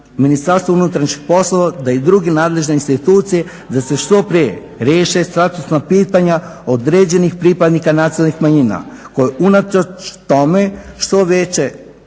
bi apelirao na MUP da i druge nadležne institucije da se što prije riješe statusna pitanja određenih pripadnika nacionalnih manjina koja unatoč tome što već